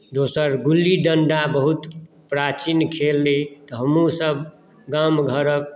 दोसर गुल्ली डण्डा बहुत प्राचीन खेल अइ तऽ हमहूँसभ गाम घरक